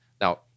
Now